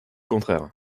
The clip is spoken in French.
contraire